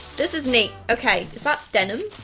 this is neat. okay, is that denim?